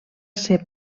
ser